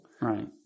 Right